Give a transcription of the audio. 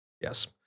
Yes